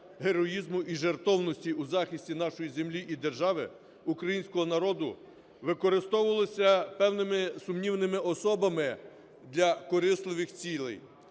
героїзму і жертовності у захисті нашої землі і держави, українського народу, використовувалися певними сумнівними особами для корисливих цілей,